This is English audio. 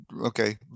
okay